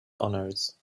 honors